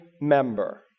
member